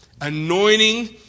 Anointing